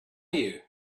you